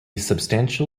substantial